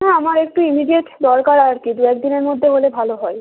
না আমার একটু ইমিডিয়েট দরকার আর কি দু এক দিনের মধ্যে হলে ভালো হয়